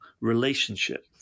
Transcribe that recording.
relationship